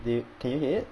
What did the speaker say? do you can you hear it